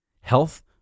health